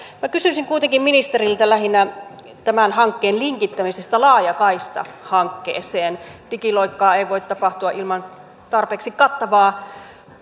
minä kysyisin kuitenkin ministeriltä lähinnä tämän hankkeen linkittämisestä laajakaistahankkeeseen digiloikkaa ei voi tapahtua ilman tarpeeksi kattavaa